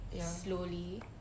slowly